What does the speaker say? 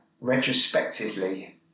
retrospectively